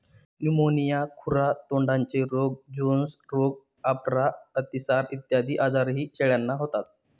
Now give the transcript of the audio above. pneumonia, खुरा तोंडाचे रोग, जोन्स रोग, अपरा, अतिसार इत्यादी आजारही शेळ्यांना होतात